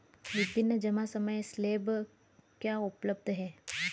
विभिन्न जमा समय स्लैब क्या उपलब्ध हैं?